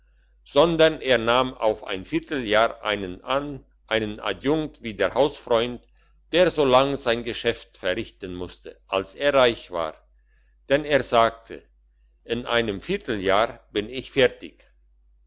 sondern er nahm auf ein vierteljahr einen an einen adjunkt wie der hausfreund der so lang sein geschäft verrichten musste als er reich war denn er sagte in einem vierteljahr bin ich fertig